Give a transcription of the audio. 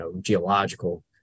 geological